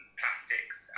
plastics